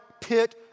pit